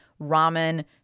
ramen